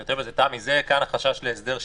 יותר מזה, תמי, יש כאן חשש להסדר שלילי.